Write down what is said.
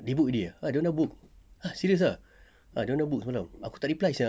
they book already ah dorang dah book !huh! serious ah dorang dah book semalam aku tak reply sia